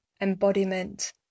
embodiment